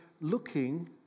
looking